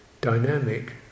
dynamic